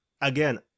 again